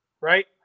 right